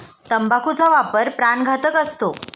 तंबाखूचा वापर प्राणघातक असतो